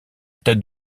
tête